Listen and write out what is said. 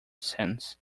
sense